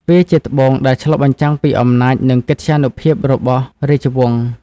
វាជាត្បូងដែលឆ្លុះបញ្ចាំងពីអំណាចនិងកិត្យានុភាពរបស់រាជវង្ស។